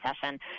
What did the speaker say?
session